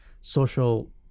social